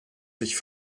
sich